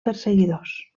perseguidors